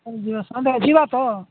ଯିବା ସନ୍ଧ୍ୟା ଯିବା ତ